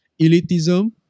elitism